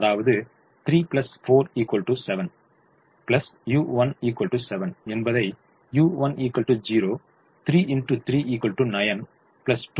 அதாவது 3 4 7 u1 7 என்பதை u1 0